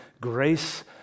grace